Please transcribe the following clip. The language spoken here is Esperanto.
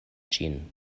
ĝin